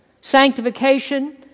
Sanctification